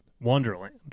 Wonderland